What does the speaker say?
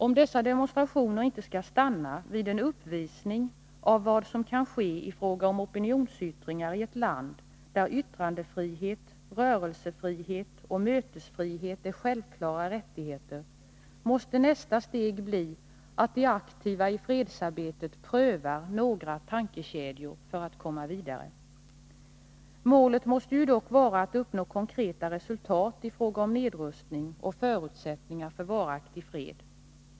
Om dessa demonstrationer inte skall stanna vid en uppvisning av vad som kan ske i fråga om opinionsyttringar i ett land där yttrandefrihet, rörelsefrihet och mötesfrihet är självklara rättigheter, måste nästa steg bli att de aktiva i fredsarbetet prövar några tankekedjor för att komma vidare. Målet måste ju dock vara att uppnå konkreta resultat i fråga om nedrustning och förutsättningar för varaktig fred.